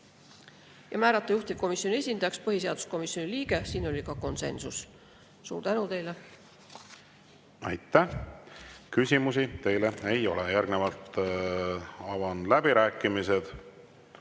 ja määrata juhtivkomisjoni esindajaks põhiseaduskomisjoni liige, siin oli ka konsensus. Suur tänu teile! Aitäh! Küsimusi teile ei ole. Järgnevalt avan läbirääkimised.